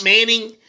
Manning